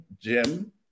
Jim